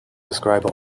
describe